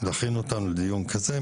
דחינו אותם לדיון כזה.